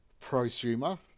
prosumer